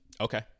Okay